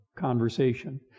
conversation